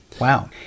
wow